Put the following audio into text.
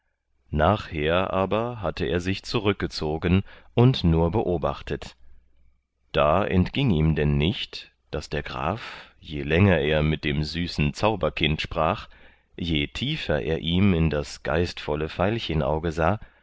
nachher aber hatte er sich zurückgezogen und nur beobachtet da entging ihm denn nicht daß der graf je länger er mit dem süßen zauberkind sprach je tiefer er ihm in das geistvolle veilchenauge sah